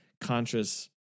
conscious